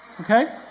Okay